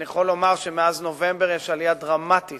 אני יכול לומר שמאז נובמבר יש עלייה דרמטית